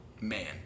man